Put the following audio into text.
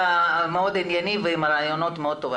כרגיל אתה מאוד ענייני ועם רעיונות מאוד טובים.